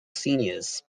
seniors